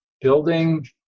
Building